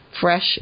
fresh